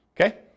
Okay